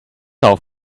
auf